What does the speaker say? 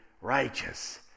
righteous